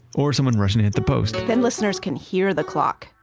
or someone rushes hit the post. then listeners can hear the clock.